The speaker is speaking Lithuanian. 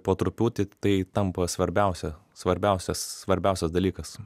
po truputį tai tampa svarbiausia svarbiausias svarbiausias dalykas